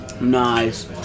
nice